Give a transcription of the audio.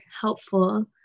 helpful